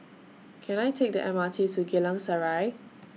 Can I Take The M R T to Geylang Serai